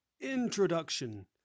Introduction